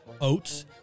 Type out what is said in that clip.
oats